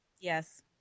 yes